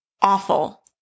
awful